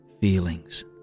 feelings